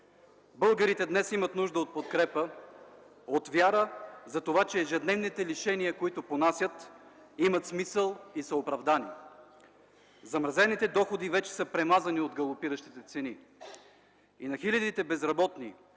Българите днес имат нужда от подкрепа, от вяра за това, че ежедневните лишения, които понасят, имат смисъл и са оправдани. Замразените доходи вече са „премазани” от галопиращите цени и на хилядите безработни,